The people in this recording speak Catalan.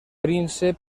príncep